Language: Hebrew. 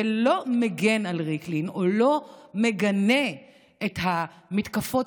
ולא מגן על ריקלין ולא מגנה את המתקפות